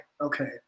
Okay